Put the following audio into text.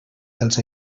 dels